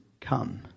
come